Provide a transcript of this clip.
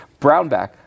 Brownback